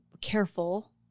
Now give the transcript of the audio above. careful